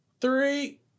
three